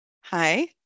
Hi